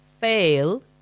fail